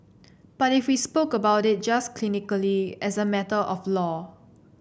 but if we spoke about it just clinically as a matter of law